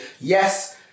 yes